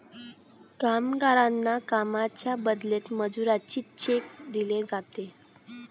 कामगारांना कामाच्या बदल्यात मजुरीचे चेक दिले जातात